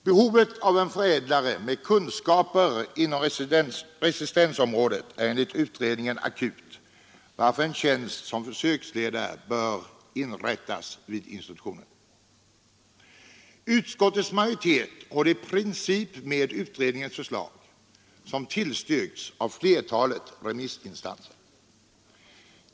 Behovet av en förädlare med kunskaper inom resistensområdet är enligt utredningen akut, varför en tjänst som försöksledare bör inrättas vid institutionen. Utskottets majoritet går i princip med på utredningens förslag, som tillstyrkts av flertalet remissinstanser.